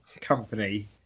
company